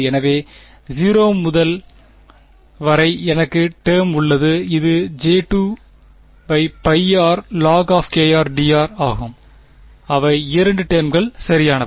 எனவே 0 முதல் வரை எனக்கு ஒரு டேர்ம் உள்ளது இது j2πrlog dr ஆகும் அவை இரண்டு டெர்ம்கள் சரியானவை